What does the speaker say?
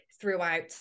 throughout